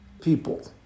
people